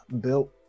Built